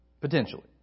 Potentially